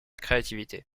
créativité